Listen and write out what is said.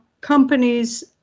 companies